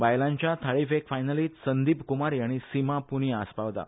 बायलांच्या थाळी फेक फायनलीत संदीप कुमारी आनी सीमा पुनिया आस्पावता